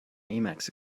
emacs